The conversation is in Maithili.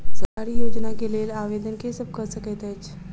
सरकारी योजना केँ लेल आवेदन केँ सब कऽ सकैत अछि?